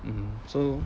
um so